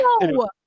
No